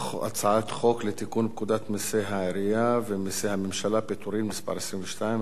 הצעת חוק לתיקון פקודת מסי העירייה ומסי הממשלה (פטורין) (מס' 22),